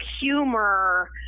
humor